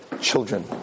children